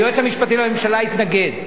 היועץ המשפטי לממשלה התנגד.